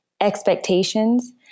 expectations